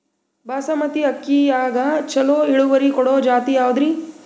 ಬಾಸಮತಿ ಅಕ್ಕಿಯಾಗ ಚಲೋ ಇಳುವರಿ ಕೊಡೊ ಜಾತಿ ಯಾವಾದ್ರಿ?